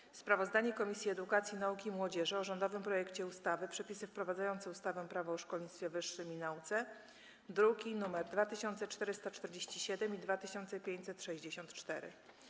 4. Sprawozdanie Komisji Edukacji, Nauki i Młodzieży o rządowym projekcie ustawy Przepisy wprowadzające ustawę Prawo o szkolnictwie wyższym i nauce (druki nr 2447 i 2564)